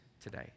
today